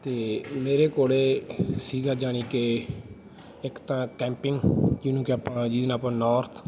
ਅਤੇ ਮੇਰੇ ਕੋਲ ਸੀਗਾ ਯਾਨੀ ਕਿ ਇੱਕ ਤਾਂ ਕੈਂਪਿੰਗ ਜਿਹਨੂੰ ਕਿ ਆਪਾਂ ਜਿਹਦੇ ਨਾਲ ਆਪਾਂ ਨੋਰਥ